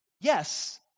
yes